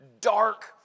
dark